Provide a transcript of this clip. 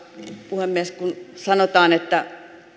puhemies kun sanotaan että